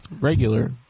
Regular